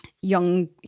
young